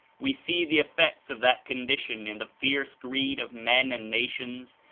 we see the effects of that condition in the fierce greed of men and nations,